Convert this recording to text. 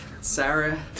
Sarah